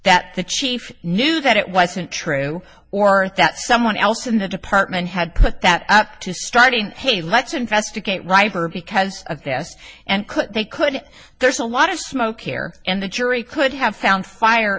that the chief knew that it wasn't true or that someone else in the department had put that up to starting hey let's investigate riper because of yes and could they could there's a lot of smoke here and the jury could have found fire